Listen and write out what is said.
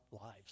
lives